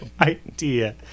idea